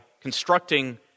constructing